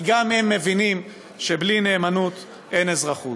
כי גם הם מבינים שבלי נאמנות אין אזרחות.